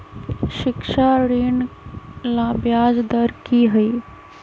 शिक्षा ऋण ला ब्याज दर कि हई?